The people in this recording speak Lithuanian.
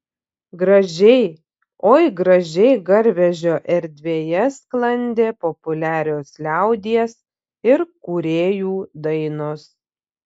gražiai oi gražiai garvežio erdvėje sklandė populiarios liaudies ir kūrėjų dainos